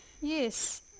Yes